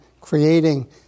creating